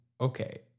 okay